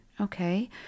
Okay